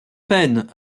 peine